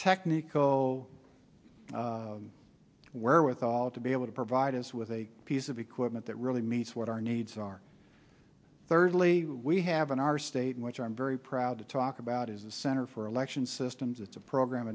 technical wherewithal to be able to provide us with a piece of equipment that really meets what our needs are thirdly we have in our state which i'm very proud to talk about is the center for election systems it's a program